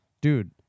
dude